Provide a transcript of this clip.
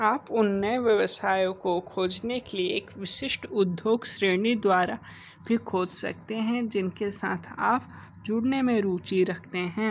आप उन नए व्यवसायों को खोजने के लिए एक विशिष्ट उद्योग श्रेणी द्वारा भी खोज सकते हैं जिनके साथ आप जुड़ने में रुचि रखते हैं